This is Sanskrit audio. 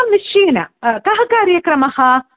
आं निश्चयेन कः कार्यक्रमः